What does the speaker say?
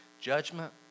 Judgment